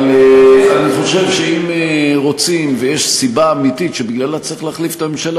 אבל אני חושב שאם רוצים ויש סיבה אמיתית שבגללה צריך להחליף את הממשלה,